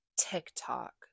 tiktok